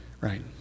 right